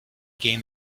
gain